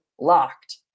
LOCKED